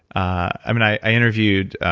i interviewed